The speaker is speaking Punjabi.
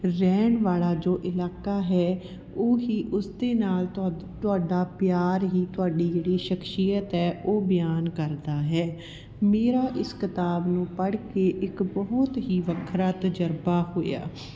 ਰਹਿਣ ਵਾਲਾ ਜੋ ਇਲਾਕਾ ਹੈ ਉਹ ਹੀ ਉਸ ਦੇ ਨਾਲ ਤੁ ਤੁਹਾਡਾ ਪਿਆਰ ਹੀ ਤੁਹਾਡੀ ਜਿਹੜੀ ਸ਼ਖਸੀਅਤ ਹੈ ਉਹ ਬਿਆਨ ਕਰਦਾ ਹੈ ਮੇਰਾ ਇਸ ਕਿਤਾਬ ਨੂੰ ਪੜ੍ਹ ਕੇ ਇੱਕ ਬਹੁਤ ਹੀ ਵੱਖਰਾ ਤਜ਼ਰਬਾ ਹੋਇਆ